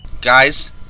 guys